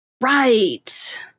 Right